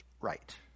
right